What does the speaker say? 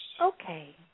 Okay